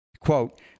quote